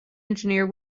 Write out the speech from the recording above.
engineer